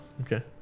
Okay